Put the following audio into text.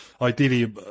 ideally